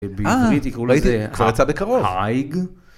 בעברית יקראו לזה...כבר יצא בקרוב.